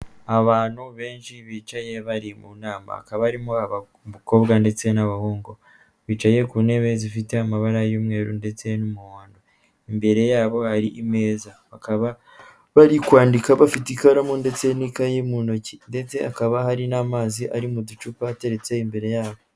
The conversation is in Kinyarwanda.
Abantu benshi bicaye bari mu nama, akaba harimo umukobwa ndetse n'abahungu, bicaye ku ntebe zifite amabara y'umweru ndetse n'umuhondo, imbere yabo hari imeza, bakaba bari kwandika bafite ikaramu ndetse n'ikaye mu ntoki ndetse hakaba hari n'amazi ari mu ducupa ateretse imbere yabo.